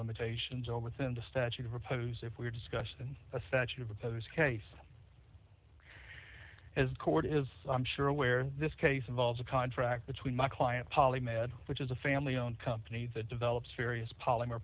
limitations or within the statute of repose if we're discussing a statute of this case as the court is i'm sure aware this case involves a contract between my client polly med which is a family owned company that develops serious polymer